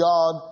God